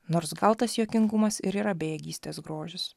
nors gal tas juokingumas ir yra bejėgystės grožis